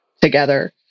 together